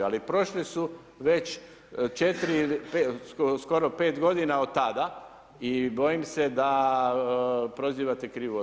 Ali prošli su već 4 ili skoro 5 godina od tada i bojim se da prozivate krivu osobu.